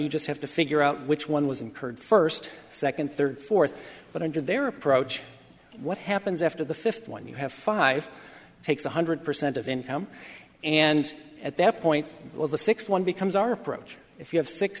you just have to figure out which one was incurred first second third fourth but under their approach what happens after the fifth one you have five takes one hundred percent of income and at that point will the six one becomes our approach if you have six